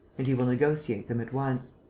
and he will negotiate them at once.